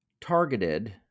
targeted